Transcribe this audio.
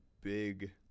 big